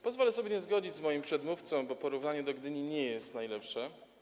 Pozwolę sobie nie zgodzić się z moim przedmówcą, bo porównanie do Gdyni nie jest najlepsze.